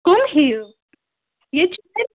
کُم ہی ییٚتہِ چھِ